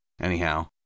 Anyhow